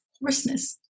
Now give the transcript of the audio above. hoarseness